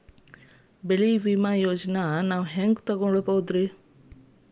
ಬೆಳಿ ವಿಮೆ ಯೋಜನೆನ ನಾವ್ ಹೆಂಗ್ ತೊಗೊಬೋದ್?